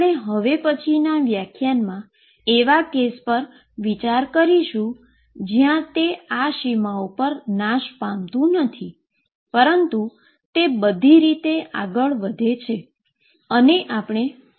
આપણે હવે પછીનાં વ્યાખ્યાનમાં એવા કેસો પર વિચાર કરીશું કે જ્યાં તે આ સીમાઓ પર નાશ પામતું નથી પરંતુ તે બધી રીતે આગળ વધે છે